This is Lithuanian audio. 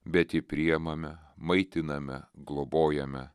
bet jį priimame maitiname globojame